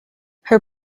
her